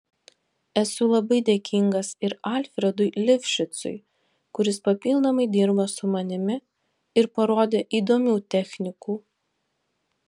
esu labai dėkingas ir alfredui lifšicui kuris papildomai dirba su manimi ir parodė įdomių technikų